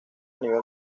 nivel